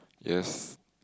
yes